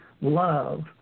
love